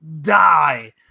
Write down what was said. die